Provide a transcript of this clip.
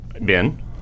Ben